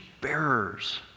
bearers